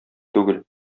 түгел